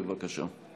בבקשה.